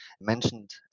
mentioned